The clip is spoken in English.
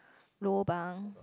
lobang